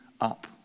up